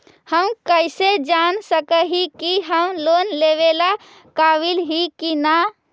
हम कईसे जान सक ही की हम लोन लेवेला काबिल ही की ना?